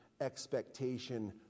expectation